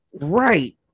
Right